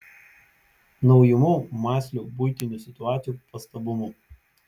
naujumu mąsliu buitinių situacijų pastabumu